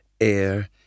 Air